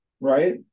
right